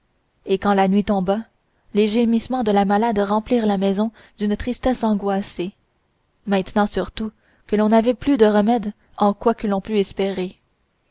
et quand la nuit tomba les gémissements de la malade remplirent la maison d'une tristesse angoissée maintenant surtout que l'on n'avait plus de remède en quoi l'on pût espérer